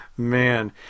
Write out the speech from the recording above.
Man